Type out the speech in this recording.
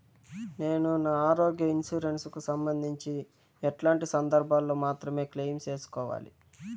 నేను నా ఆరోగ్య ఇన్సూరెన్సు కు సంబంధించి ఎట్లాంటి సందర్భాల్లో మాత్రమే క్లెయిమ్ సేసుకోవాలి?